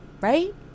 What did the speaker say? right